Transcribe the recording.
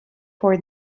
for